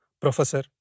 Professor